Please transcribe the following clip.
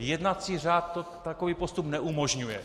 Jednací řád takový postup neumožňuje.